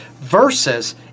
versus